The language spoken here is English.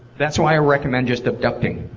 that's why i recommend just abducting.